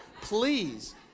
please